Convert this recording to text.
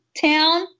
town